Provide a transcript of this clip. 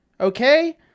Okay